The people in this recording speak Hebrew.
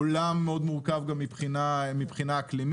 עולם מאוד מורכב גם מבחינה אקלימית,